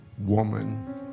woman